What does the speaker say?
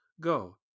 Go